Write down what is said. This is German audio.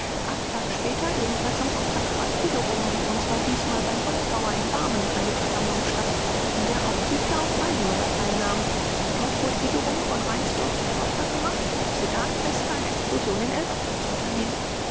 acht tage später ebenfalls am sonntag fand wiederum um und zwar diesmal bei holzhauer in barmen eine versammlung statt an der auch küchler und weidenmüller teilnahmen dort wurde wiederum von reinsdorf der vorschlag gemacht am sedanfeste eine explosion in elberfeld zu unternehmen